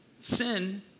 Sin